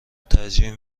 ترجیح